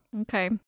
okay